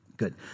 Good